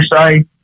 say